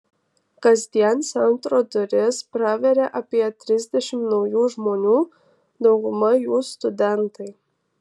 kasdien centro duris praveria apie trisdešimt naujų žmonių dauguma jų studentai